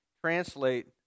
translate